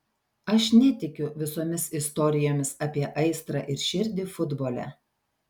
aš netikiu visomis istorijomis apie aistrą ir širdį futbole